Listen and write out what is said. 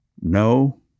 no